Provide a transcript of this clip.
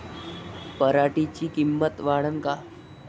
पराटीची किंमत वाढन का?